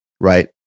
Right